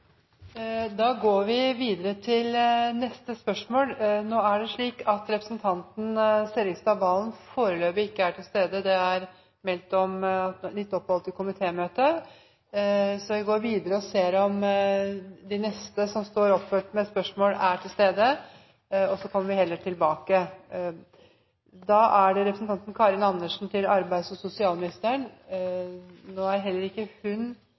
går videre til neste spørsmål. Nå er representanten Snorre Serigstad Valen foreløpig ikke til stede – han er litt oppholdt i komitémøte – så vi går videre og ser om de neste som står oppført med spørsmål, er til stede, og så kommer vi heller tilbake til spørsmål 11. – Der kommer Serigstad Valen. Da går vi tilbake til spørsmål 11 og prøver å holde den rekkefølgen vi har satt opp. Er